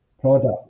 product